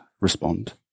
respond